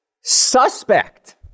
suspect